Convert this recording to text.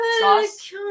sauce